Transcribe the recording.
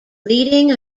leading